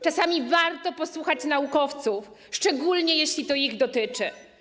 Czasami warto posłuchać naukowców, szczególnie jeśli to ich dotyczy.